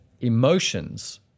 emotions